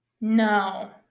No